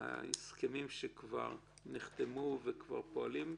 ההסכמים שכבר נחתמו וכבר פועלים,